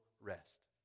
rest